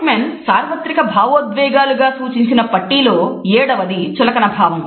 Paul Ekman సార్వత్రిక భావోద్వేగాలు గా సూచించిన పట్టీలో ఏడవది చులకన భావం